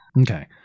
Okay